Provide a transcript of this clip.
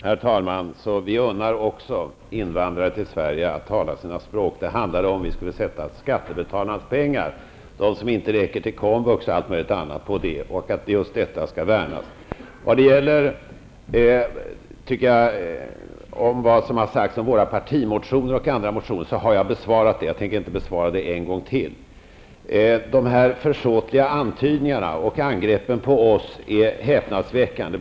Herr talman! Vi unnar också invandrare i Sverige att tala sina språk. Frågan gällde, om vi skulle använda skattebetalarnas pengar, som inte räcker till komvux och allt möjligt annat, till det och värna just det. Det som har sagts om våra partimotioner och andra motioner har jag redan besvarat -- jag tänker inte göra det en gång till. De försåtliga antydningarna och angreppen på oss är häpnadsväckande.